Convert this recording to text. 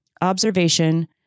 observation